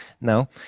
no